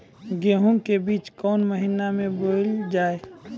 गेहूँ के बीच कोन महीन मे बोएल जाए?